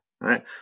right